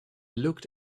looked